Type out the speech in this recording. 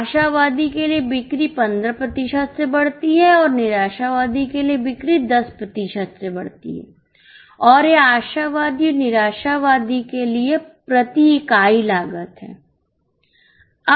आशावादी के लिए बिक्री 15 प्रतिशत से बढ़ती है और निराशावादीके लिए बिक्री 10 प्रतिशत से बढ़ती है और यह आशावादी और निराशावादी के लिए प्रति इकाई लागत है